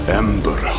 ember